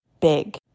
big